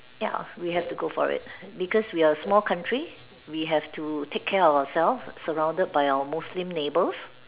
ya we have to go for it because we are a small country we have to take care ourselves surrounded by our Muslim neighbours